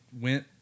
went